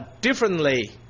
differently